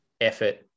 effort